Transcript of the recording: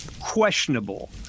questionable